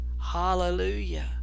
Hallelujah